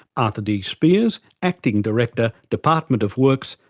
arthur d spears, acting director, department of works,